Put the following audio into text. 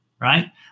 right